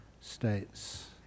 states